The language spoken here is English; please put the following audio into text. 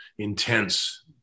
intense